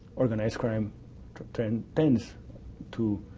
organized crime turns turns to